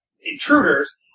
intruders